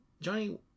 johnny